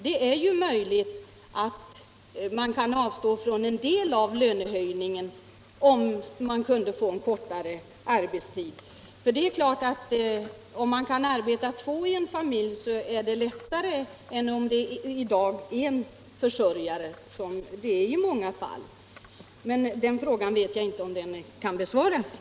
Det är möjligt att de kan avstå från en del av lönehöjningen för att få en kortare arbetstid. Om det är två som förvärvsarbetar i en familj, är detta självfallet lättare att acceptera än om det bara är fråga om en försörjare, som det i dag i många fall är.